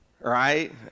right